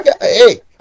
Hey